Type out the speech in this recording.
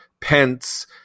Pence